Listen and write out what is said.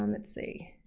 um let's see.